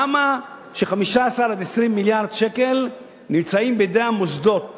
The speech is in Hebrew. למה נמצאים 15 20 מיליארד שקל בידי המוסדות